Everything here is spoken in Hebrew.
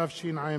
תסתכלו בעיניהם